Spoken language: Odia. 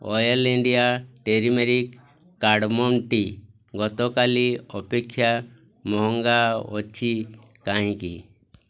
oil India turmeric cardamom tea ଗତକାଲି ଅପେକ୍ଷା ମହଙ୍ଗା ଅଛି କାହିଁକି